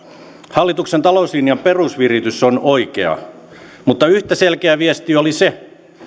hallituksen talouslinjan perusviritys on oikea mutta yhtä selkeä viesti oli se